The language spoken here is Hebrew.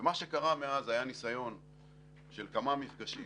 ומה שקרה מאז היה ניסיון של כמה מפגשים